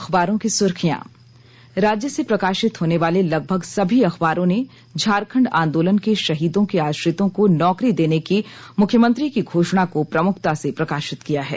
अखबारों की सुर्खियां राज्य से प्रकाशित होने वाले लगभग सभी अखबारों ने झारखंड आंदोलन के शहीदों के आश्रितों को नौकरी देने की मुख्यमंत्री की घोषणा को प्रमुखता से प्रकाशित किया है